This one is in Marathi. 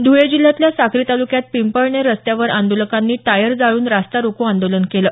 ध्वळे जिल्ह्यातल्या साक्री तालुक्यात पिंपळनेर रस्त्यावर आंदोलकांनी टायर जाळून रस्ता रोको आंदोलन केलं